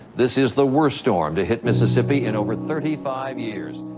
this is the worst storm to hit mississippi in over thirty five years,